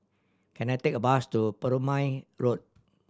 can I take a bus to Perumal Road